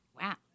Wow